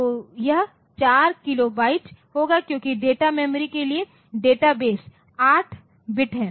तो यह 4 किलोबाइट होगा क्योंकि डेटा मेमोरी के लिए डेटाबेस 8 बिट है